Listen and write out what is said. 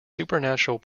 supernatural